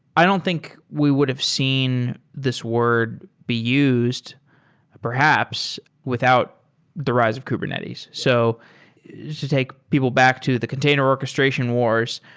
i don't think we would've seen this word be used perhaps without the rise of kubernetes. so just to take people back to the container orchestration wars,